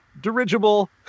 dirigible